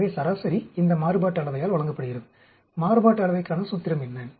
எனவே சராசரி இந்த மாறுபாட்டு அளவையால் வழங்கப்படுகிறது மாறுபாட்டு அளவைக்கான சூத்திரம் என்ன